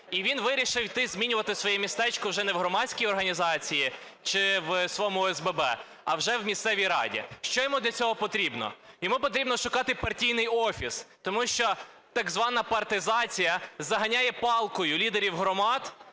І він вирішив йти, змінювати своє містечко вже не в громадській організації чи в своєму ОСББ, а вже в місцевій раді. Що йому для цього потрібно? Йому потрібно шукати партійний офіс, тому що так звана партизація заганяє палкою лідерів громад